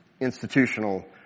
institutional